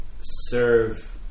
serve